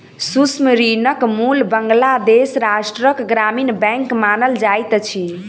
सूक्ष्म ऋणक मूल बांग्लादेश राष्ट्रक ग्रामीण बैंक मानल जाइत अछि